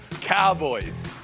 Cowboys